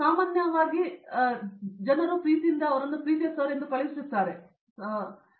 ಸಾಮಾನ್ಯ ಪ್ರಿಯರು ಅವರನ್ನು ಪ್ರೀತಿಯ ಸರ್ ಎಂದು ಕಳುಹಿಸುತ್ತಾರೆ ಮತ್ತು ಅದು ಹಾಗೆ